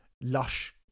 lush